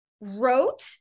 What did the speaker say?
wrote